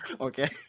Okay